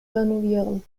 renovieren